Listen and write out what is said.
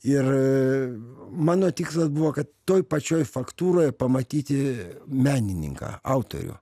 ir mano tikslas buvo kad toj pačioj faktūroj pamatyti menininką autorių